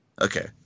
Okay